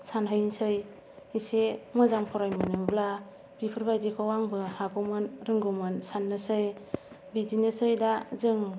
सानहैनोसै इसे मोजां फरायबावनायब्ला बिफोरबादिखौ आंबो हागौमोन रोंगौमोन सान्नोसै बिदिनोसै दा जों